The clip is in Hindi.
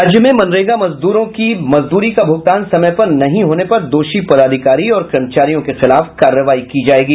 राज्य में मनरेगा मजदूरों की मजदूरी का भुगतान समय पर नहीं होने पर दोषी पदाधिकारी और कर्मचारियों के खिलाफ कार्रवाई की जायेगी